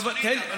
אבל